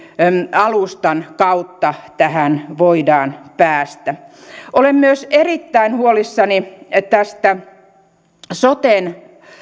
alustan kautta tähän voidaan päästä olen myös erittäin huolissani tästä soten